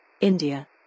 India